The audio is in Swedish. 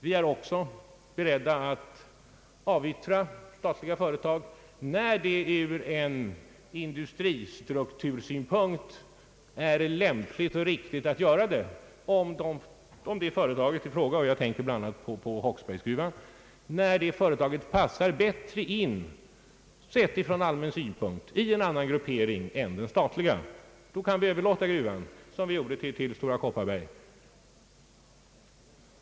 Vi är även beredda att avyttra statliga företag, när det ur en industristruktursynpunkt är lämpligt och riktigt att göra så och om företaget i fråga — jag tänker bl.a. på Håksbergsgruvan — ur allmän synpunkt passar bättre in i en annan gruppering än den statliga. Då kan vi överlåta det, som vi gjorde med gruvan till Stora Kopparberg.